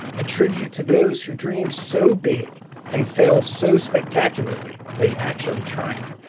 a tribute to those who dream so big and fail so spectacularly they actually triumph.